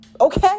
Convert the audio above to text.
okay